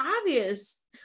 obvious